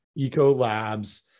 Ecolab's